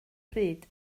pryd